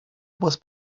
was